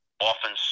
often